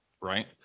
right